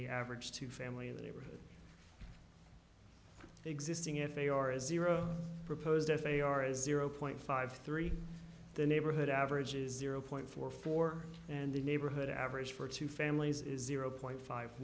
the average two family in the neighborhood existing if they are as zero proposed as they are is zero point five three the neighborhood average is zero point four four and the neighborhood average for two families is zero point five